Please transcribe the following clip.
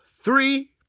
three